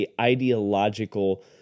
ideological